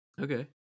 Okay